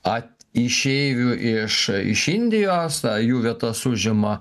at išeivių iš iš indijos a jų vietas užima